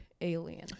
alien